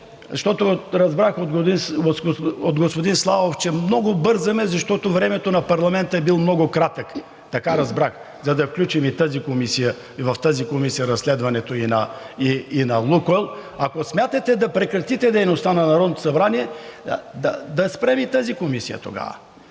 защото разбрах от господин Славов, че много бързаме, защото времето на парламента е било много кратко, така разбрах, за да включим и тази комисия, и в тази комисия разследването и на „Лукойл“. Ако смятате да прекратите дейността на Народното събрание, да спрем и тази комисия тогава.